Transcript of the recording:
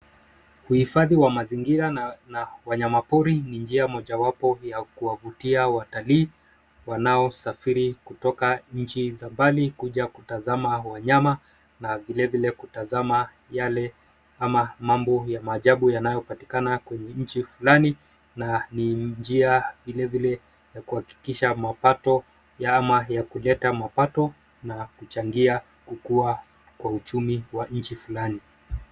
Uhifadhi wa mazingira na wanyama pori ni njia mojawapo ya kuvutia watalii wanaosafiri kutoka nchi za mbali kuja kutazama wanyama na vile vile kutazama mambo ya ajabu yanayopatikana katika nchi fulani, na vile vile kuleta mapato na kuchangia kukuwa kwa uchumi wa nchi fulani.